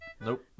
nope